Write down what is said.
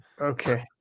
Okay